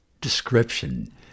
description